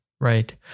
Right